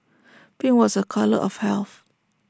pink was A colour of health